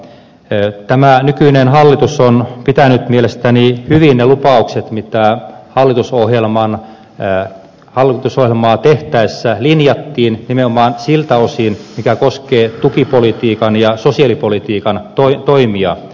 tämä nykyinen hallitus on pitänyt mielestäni hyvin ne lupaukset mitä hallitusohjelmaa tehtäessä linjattiin nimenomaan siltä osin mikä koskee tukipolitiikan ja sosiaalipolitiikan toimia